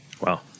Wow